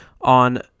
on